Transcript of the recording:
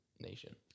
nation